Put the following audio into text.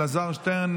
אלעזר שטרן,